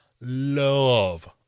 love